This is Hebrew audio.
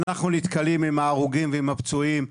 אנחנו נתקלים עם ההרוגים ועם הפצועים,